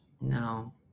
No